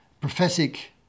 prophetic